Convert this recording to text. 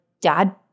dad